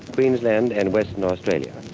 queensland and western australia.